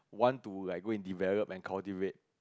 want to like go and develop and cultivate